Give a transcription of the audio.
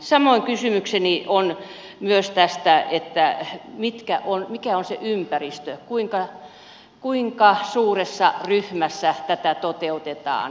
samoin kysymykseni on myös tästä mikä on se ympäristö kuinka suuressa ryhmässä tätä toteutetaan